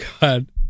god